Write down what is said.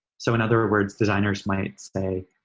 so, in other words, designers might say,